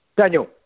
Daniel